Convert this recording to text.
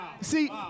See